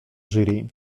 jury